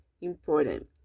important